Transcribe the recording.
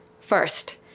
First